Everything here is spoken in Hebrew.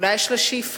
אולי יש לה שאיפות,